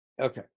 okay